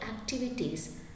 activities